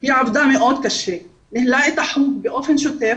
היא עבדה מאוד קשה, ניהלה את החוג באופן שוטף